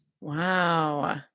Wow